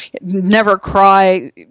never-cry